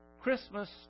Christmas